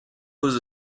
cause